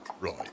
right